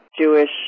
Jewish